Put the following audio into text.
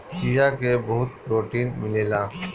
चिया में बहुते प्रोटीन मिलेला